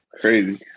crazy